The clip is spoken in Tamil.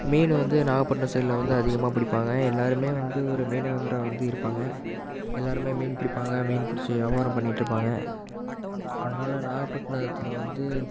மீன் வந்து நாகப்பட்டினம் சைடில் வந்து அதிகமாக பிடிப்பாங்க எல்லாேருமே வந்து ஒரு மீனவராக வந்து இருப்பாங்க எல்லாேருமே மீன் பிடிப்பாங்க மீன் பிடிச்சு வியாபாரம் பண்ணிவிட்டு இருப்பாங்க அதனால நாகப்பட்டினத்தில் வந்து